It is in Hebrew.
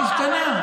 זה השתנה.